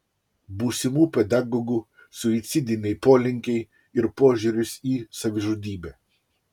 būsimų pedagogų suicidiniai polinkiai ir požiūris į savižudybę